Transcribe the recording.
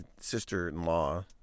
sister-in-law